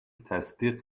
تصدیق